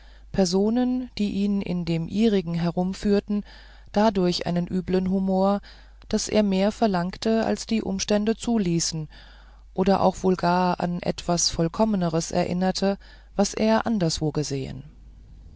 personen die ihn in dem ihrigen herumführten dadurch einen üblen humor daß er mehr verlangte als die umstände zuließen oder auch wohl gar an etwas vollkommneres erinnerte das er anderswo gesehen